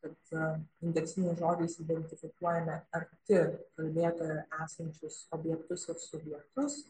kad indeksiniais žodžiais identifikuojame arti kalbėtojo esančius objektus ir subjektus